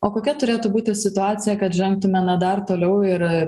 o kokia turėtų būti situacija kad žengtumėme dar toliau ir